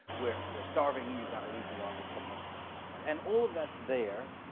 we're we're starving, you've gotta leave the army, come home, and things like that. and all of that's there,